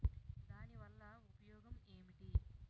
దాని వల్ల ఉపయోగం ఎంటి?